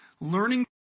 Learning